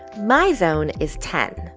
my zone is ten.